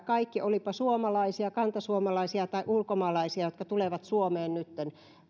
kaikkien olivatpa suomalaisia kantasuomalaisia tai ulkomaalaisia jotka tulevat suomeen nytten